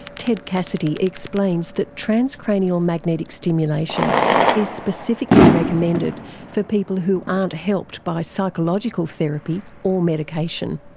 ted cassidy explains that transcranial magnetic stimulation is specifically recommended for people who aren't helped by psychological therapy or medication.